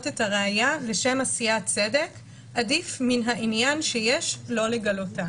את הראייה לשם עשיית צדק עדיף מן העניין שיש לא לגלותה.